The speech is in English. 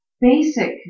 basic